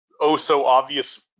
oh-so-obvious